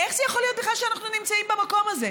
איך זה יכול להיות בכלל שאנחנו נמצאים במקום הזה?